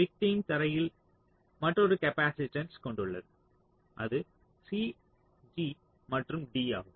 victim தரையில் மற்றொரு capacitance கொண்டு உள்ளது அது C g மற்றும் d ஆகும்